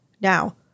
Now